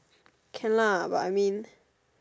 can lah but I mean